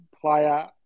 player